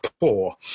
poor